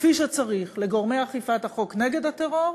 כפי שצריך לגורמי אכיפת החוק נגד הטרור,